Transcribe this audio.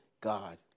God